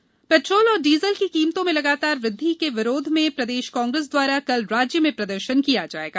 कांग्रेस प्रदर्शन पेट्रोल और डीजल की कीमतों में लगातार वृद्धि के विरोध में प्रदेश कांग्रेस द्वारा कल राज्य में प्रदर्शन किया जाएगा